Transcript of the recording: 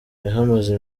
yahamaze